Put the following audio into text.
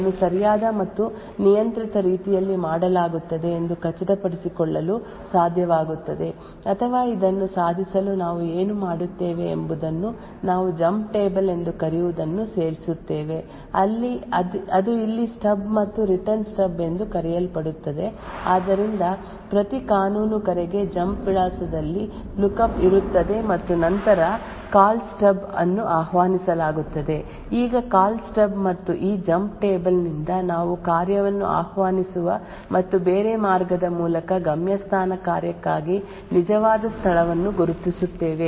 ಈಗ ನಾವು ಖಚಿತಪಡಿಸಿಕೊಳ್ಳಲು ಅಥವಾ ಈ ಕಾರ್ಯದ ಆವಾಹನೆಗಳನ್ನು ಸರಿಯಾದ ಮತ್ತು ನಿಯಂತ್ರಿತ ರೀತಿಯಲ್ಲಿ ಮಾಡಲಾಗುತ್ತದೆ ಎಂದು ಖಚಿತಪಡಿಸಿಕೊಳ್ಳಲು ಸಾಧ್ಯವಾಗುತ್ತದೆ ಅಥವಾ ಇದನ್ನು ಸಾಧಿಸಲು ನಾವು ಏನು ಮಾಡುತ್ತೇವೆ ಎಂಬುದನ್ನು ನಾವು ಜಂಪ್ ಟೇಬಲ್ ಎಂದು ಕರೆಯುವದನ್ನು ಸೇರಿಸುತ್ತೇವೆ ಅದು ಇಲ್ಲಿ ಸ್ಟಬ್ ಮತ್ತು ರಿಟರ್ನ್ ಸ್ಟಬ್ ಎಂದು ಕರೆಯಲ್ಪಡುತ್ತದೆ ಆದ್ದರಿಂದ ಪ್ರತಿ ಕಾನೂನು ಕರೆಗೆ ಜಂಪ್ ವಿಳಾಸದಲ್ಲಿ ಲುಕಪ್ ಇರುತ್ತದೆ ಮತ್ತು ನಂತರ ಕಾಲ್ ಸ್ಟಬ್ ಅನ್ನು ಆಹ್ವಾನಿಸಲಾಗುತ್ತದೆ ಈಗ ಕಾಲ್ ಸ್ಟಬ್ ಮತ್ತು ಈ ಜಂಪ್ ಟೇಬಲ್ ನಿಂದ ನಾವು ಕಾರ್ಯವನ್ನು ಆಹ್ವಾನಿಸುವ ಮತ್ತು ಬೇರೆ ಮಾರ್ಗದ ಮೂಲಕ ಗಮ್ಯಸ್ಥಾನ ಕಾರ್ಯಕ್ಕಾಗಿ ನಿಜವಾದ ಸ್ಥಳವನ್ನು ಗುರುತಿಸುತ್ತೇವೆ